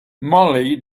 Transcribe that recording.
mollie